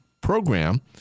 Program